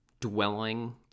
dwelling